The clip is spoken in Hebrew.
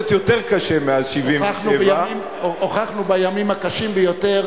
קצת יותר קשה מאז 1977. הוכחנו בימים הקשים ביותר